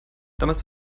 damals